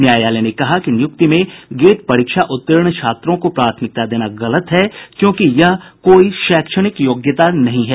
न्यायालय ने कहा कि निय्रक्ति में गेट परीक्षा उत्तीर्ण छात्रों को प्राथमिकता देना गलत है क्योंकि यह कोई शैक्षणिक योग्यता नहीं है